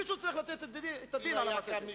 מישהו צריך לתת את הדין על דבר כזה.